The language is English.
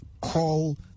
call